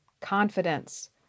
confidence